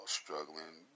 struggling